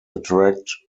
attract